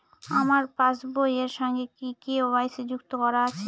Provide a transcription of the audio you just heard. আমার পাসবই এর সঙ্গে কি কে.ওয়াই.সি যুক্ত করা আছে?